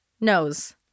Nose